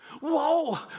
Whoa